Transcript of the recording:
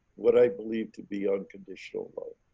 what i believe to be unconditional love.